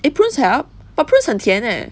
eh prunes help but prunes 很甜 leh